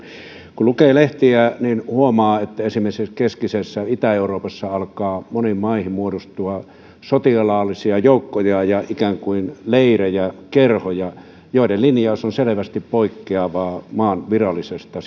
kun lukee lehtiä niin huomaa että esimerkiksi keskisessä itä euroopassa alkaa moniin maihin muodostua sotilaallisia joukkoja ja ikään kuin leirejä kerhoja joiden linjaus on selvästi poikkeavaa maan virallisesta